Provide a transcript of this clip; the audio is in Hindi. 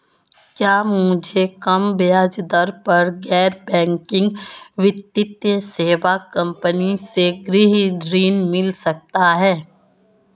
क्या मुझे कम ब्याज दर पर गैर बैंकिंग वित्तीय सेवा कंपनी से गृह ऋण मिल सकता है?